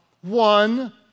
one